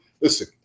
listen